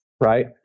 right